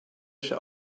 wäsche